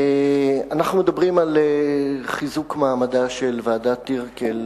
אנחנו מדברים על חיזוק מעמדה של ועדת-טירקל,